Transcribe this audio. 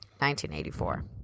1984